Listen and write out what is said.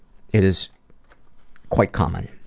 it is quite common.